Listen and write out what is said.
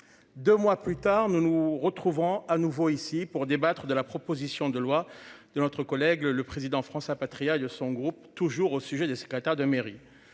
2 mois plus tard, nous nous retrouverons à nouveau ici pour débattre de la proposition de loi de notre collègue le président François Patriat de son groupe. Toujours au sujet des secrétaires de mairie.